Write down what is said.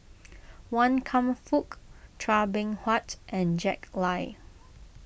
Wan Kam Fook Chua Beng Huat and Jack Lai